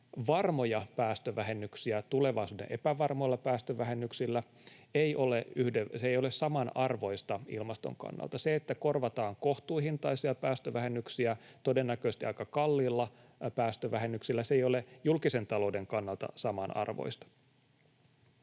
varmoja päästövähennyksiä tulevaisuuden epävarmoilla päästövähennyksillä, ei ole samanarvoista ilmaston kannalta. Se, että korvataan kohtuuhintaisia päästövähennyksiä todennäköisesti aika kalliilla päästövähennyksillä, ei ole julkisen talouden kannalta samanarvoista.